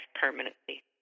permanently